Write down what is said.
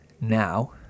now